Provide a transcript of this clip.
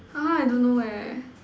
!huh! I don't know eh